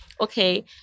okay